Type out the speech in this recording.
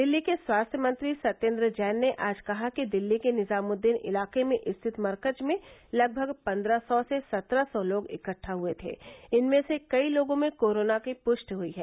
दिल्ली के स्वास्थ्य मंत्री सत्येन्द्र जैन ने आज कहा कि दिल्ली के निजामृद्दीन इलाके में स्थित मरकज में लगभग पन्द्रह सौ से सत्रह र्स लोग इकट्टा हए थे इनमें से कई लोगों में कोरोना की पुष्टि हई है